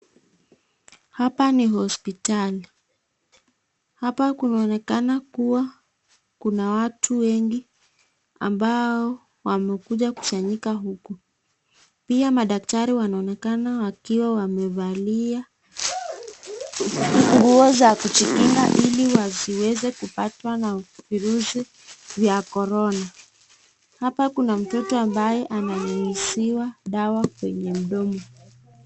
Hapa ni hospitali, hapa kunaoanekana kuwa kuna watu wengi ambao wamekuja kukusanyika huku. Pia madaktari wanaonekana wakiwa wamevalia nguo za kujikinga ili wasiweze kupatwa na virusi vya korona .Hapa kuna mtoto ambaye ananyunyiziwa dawa kwenye mdomo.